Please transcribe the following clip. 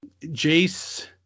jace